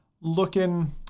looking